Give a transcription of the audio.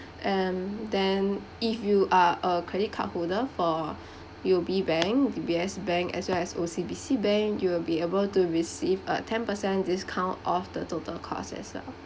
and then if you are a credit card holder for U_O_B bank D_B_S bank as well as O_C_B_C bank you will be able to receive a ten percent discount off the total cost as well